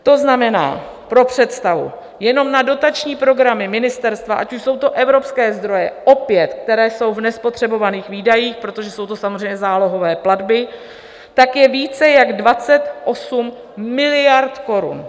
To znamená pro představu jenom na dotační programy ministerstva, ať už jsou to evropské zdroje, opět, které jsou v nespotřebovaných výdajích, protože jsou to samozřejmě zálohové platby, tak je více než 28 miliard korun.